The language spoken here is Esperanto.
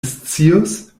scius